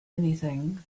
anything